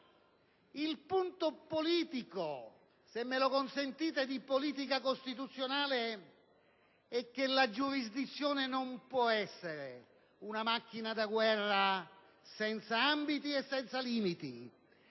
il punto politico, anzi, se me lo consentite, di politica costituzionale è che la giurisdizione non può essere una macchina da guerra senza ambiti e senza limiti.